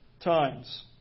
times